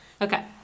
Okay